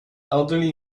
elderly